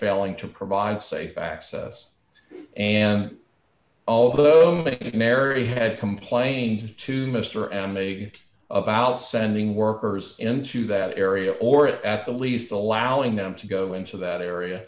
failing to provide safe access and although mcnairy had complained to mr m a about sending workers into that area or at the least allowing them to go into that area